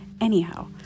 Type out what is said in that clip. Anyhow